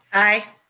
aye.